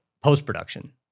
post-production